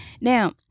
Now